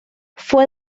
fue